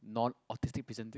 not artistic presented